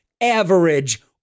average